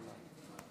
על ההצהרה)